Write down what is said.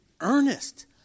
earnest